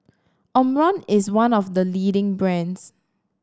Omron is one of the leading brands